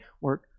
work